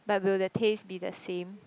but will the taste be the same